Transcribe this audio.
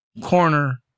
Corner